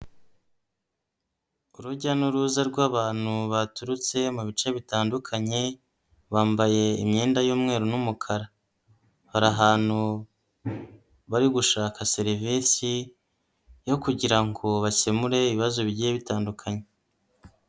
Urujya n'uruza rw'abantu baturutse mu bice bitandukanye, bambaye imyenda y'umweru n'umukara. Bari ahantu bari gushaka serivisi yo kugira ngo bakemure ibibazo bigiye bitandukanye.